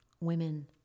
women